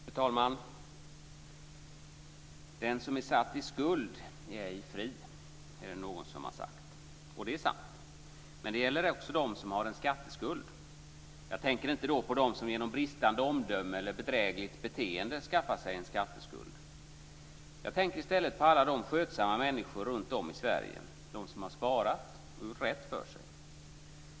Fru talman! Den som är satt i skuld är ej fri, är det någon som har sagt. Det är sant. Men det gäller också dem som har en skatteskuld. Jag tänker då inte på dem som genom bristande omdöme eller bedrägligt beteende skaffar sig en skatteskuld. Jag tänker i stället på alla de skötsamma människor runtom i Sverige som har sparat och gjort rätt för sig.